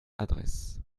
adresse